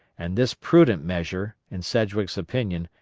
and this prudent measure, in sedgwick's opinion,